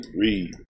Read